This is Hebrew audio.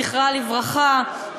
זכרה לברכה,